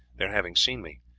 their having seen me.